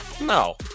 No